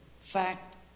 fact